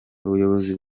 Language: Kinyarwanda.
ubuyobozi